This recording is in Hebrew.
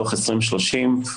דו"ח 2030,